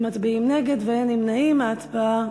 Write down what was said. ביטול אגרת הטלוויזיה),